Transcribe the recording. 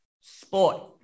sport